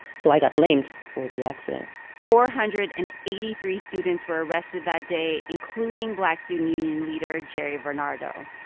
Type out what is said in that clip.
so i got blamed for the accident four hundred and eighty-three students were arrested that day, including black student union leader jerry varnado.